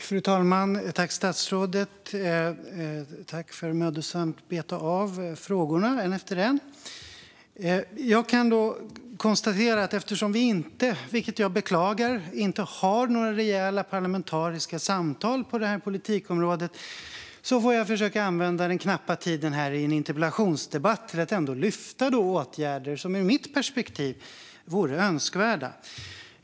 Fru talman! Jag tackar statsrådet för att han mödosamt betar av frågorna en efter en. Eftersom vi inte, vilket jag beklagar, har några rejäla parlamentariska samtal på detta politikområde får jag försöka använda den knappa tiden i en interpellationsdebatt till att ändå lyfta åtgärder som ur mitt perspektiv vore önskvärda.